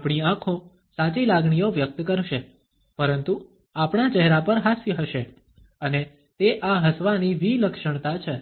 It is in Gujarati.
આપણી આંખો સાચી લાગણીઓ વ્યક્ત કરશે પરંતુ આપણા ચહેરા પર હાસ્ય હશે અને તે આ હસવાની વિલક્ષણતા છે